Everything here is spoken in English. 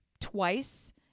twice